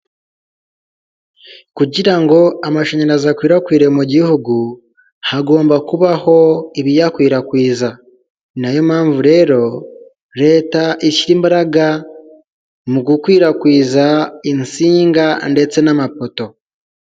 Kugira ngo amashanyarazi akwirakwire mu gihugu hagomba kubaho ibiyakwirakwiza, ni nayo mpamvu rero leta ishyira imbaraga mu gukwirakwiza insinga ndetse n'amapoto.